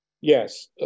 Yes